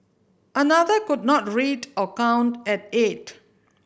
another could not read or count at eight